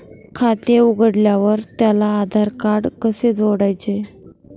खाते उघडल्यावर त्याला आधारकार्ड कसे जोडायचे?